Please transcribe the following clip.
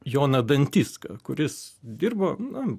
joną dantiską kuris dirbo na